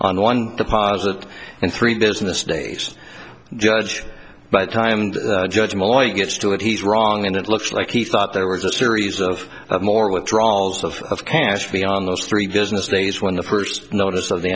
on one deposit and three business days judge but timed judgement only gets to it he's wrong and it looks like he thought there was a series of more withdrawals of of cash beyond those three business days when the first notice of the